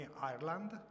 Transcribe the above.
Ireland